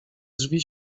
drzwi